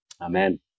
Amen